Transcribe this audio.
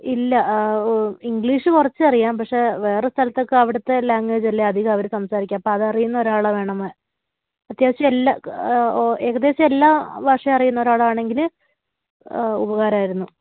ഇല്ല ഇംഗ്ലീഷ് കുറച്ചറിയാം പക്ഷേ വേറെ സ്ഥലത്തൊക്കെ അവിടുത്തെ ലാംഗ്വേജല്ലേ അധികം അവര് സംസാരിക്കുക അപ്പോള് അതറിയുന്ന ഒരാളെ വേണം അത്യാവശ്യം എല്ലാ ഏകദേശം എല്ലാ ഭാഷയും അറിയുന്ന ഒരാളാണെങ്കില് ഉപകാരമായിരുന്നു